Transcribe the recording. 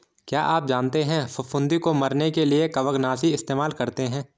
क्या आप जानते है फफूंदी को मरने के लिए कवकनाशी इस्तेमाल करते है?